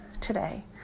today